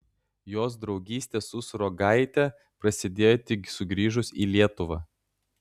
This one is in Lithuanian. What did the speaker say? jos draugystė su sruogaite prasidėjo tik sugrįžus į lietuvą